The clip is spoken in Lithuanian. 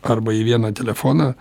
arba į vieną telefoną